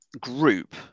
group